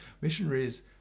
Missionaries